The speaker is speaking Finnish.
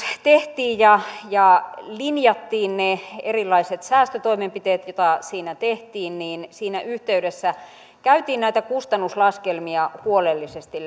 tehtiin ja ja linjattiin ne erilaiset säästötoimenpiteet joita siinä tehtiin niin siinä yhteydessä käytiin näitä kustannuslaskelmia huolellisesti